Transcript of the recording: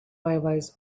railways